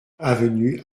avenue